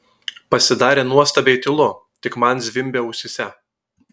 pasidarė nuostabiai tylu tik man zvimbė ausyse